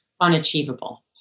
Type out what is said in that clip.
unachievable